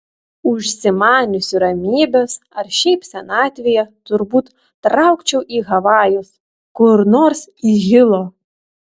užsimaniusi ramybės ar šiaip senatvėje turbūt traukčiau į havajus kur nors į hilo